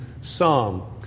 psalm